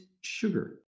sugar